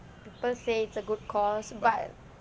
people say it's a good course but